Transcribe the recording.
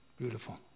Beautiful